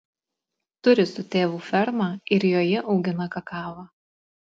turi su tėvu fermą ir joje augina kakavą